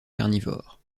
carnivores